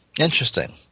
Interesting